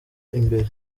imbere